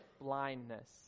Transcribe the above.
blindness